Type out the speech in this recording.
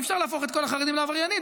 אי-אפשר להפוך את כל החרדים לעבריינים,